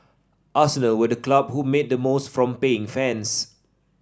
arsenal were the club who made the most from paying fans